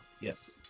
Yes